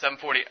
740